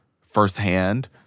firsthand